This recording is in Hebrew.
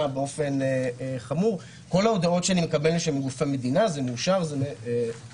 באופן חמור כל ההודעות שאני מקבל משם מגופי מדינה זה מאושר ומאומת